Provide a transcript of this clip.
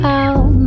out